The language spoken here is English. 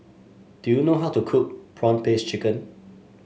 do you know how to cook prawn paste chicken